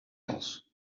else